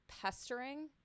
pestering